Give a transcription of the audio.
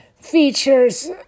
features